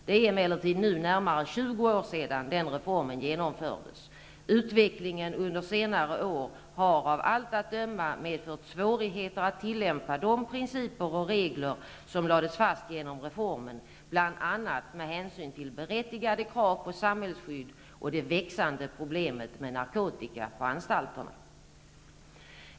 Det är emellertid nu närmare 20 år sedan reformen genomfördes. Utvecklingen under senare år har av allt att döma medfört svårigheter att tillämpa de principer och regler som lades fast genom reformen, bl.a. med hänsyn till berättigade krav på samhällsskydd och det växande problemet med narkotika på anstalterna.